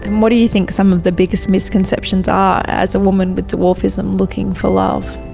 and what do you think some of the biggest misconceptions are as a woman with dwarfism looking for love?